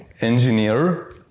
engineer